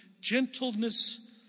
gentleness